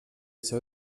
seu